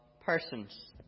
persons